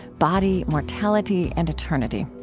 body, mortality, and eternity.